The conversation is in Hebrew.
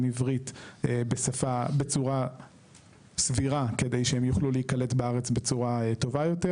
עברית בצורה סבירה כדי שהם יוכלו להיקלט בארץ בצורה טובה יותר,